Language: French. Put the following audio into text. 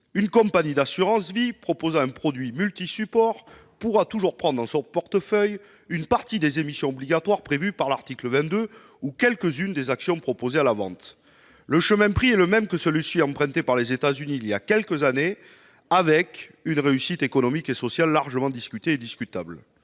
Une compagnie d'assurance vie proposant un produit multisupports pourra toujours prendre dans son portefeuille une partie des émissions obligatoires prévues à l'article 22 ou quelques-unes des actions proposées à la vente. Le chemin emprunté est le même que celui qu'ont pris les États-Unis il y a quelques années, avec une réussite économique et sociale largement discutée et discutable.